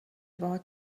باهات